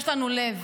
יש לנו לב.